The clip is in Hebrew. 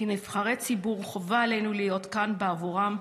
כנבחרי ציבור חובה עלינו להיות כאן בעבורם,